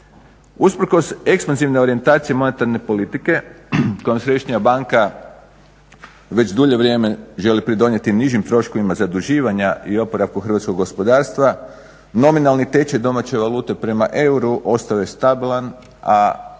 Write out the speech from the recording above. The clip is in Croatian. Usprkos ekspanzivnoj orijentaciji monetarne politike kojom središnja banka već dulje vrijeme želi pridonijeti nižim troškovima zaduživanja i oporavku hrvatskog gospodarstva nominalni tečaj domaće valute prema euru ostao je stabilan a